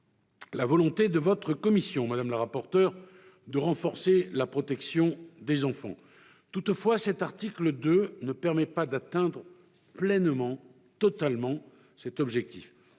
la volonté de votre commission, madame la rapporteure, de renforcer la protection des enfants. Toutefois, cet article 2 ne permet pas d'atteindre pleinement cet objectif.